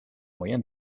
moyen